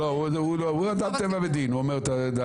לא, לא, הוא אדם טבע ודין, הוא אומר את דעתו.